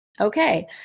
okay